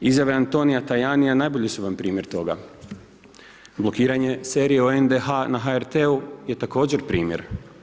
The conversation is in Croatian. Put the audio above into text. Izjava Antonija Tajanija, najbolji su vam primjer toga, blokiranje serije o NDH na HRT je također primjer.